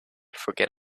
forget